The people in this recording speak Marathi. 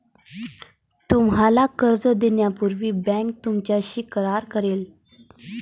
तुम्हाला कर्ज देण्यापूर्वी बँक तुमच्याशी करार करेल